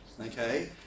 Okay